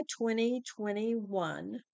2021